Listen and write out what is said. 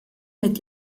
mit